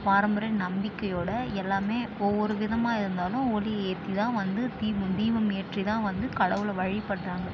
பாரம்பரிய நம்பிக்கையோடு எல்லாமே ஒவ்வொரு விதமாக இருந்தாலும் ஒளி ஏற்றி தான் வந்து தீபம் தீபம் ஏற்றி தான் வந்து கடவுளை வழிப்படுகிறாங்க